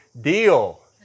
deal